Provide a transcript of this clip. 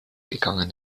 gegangen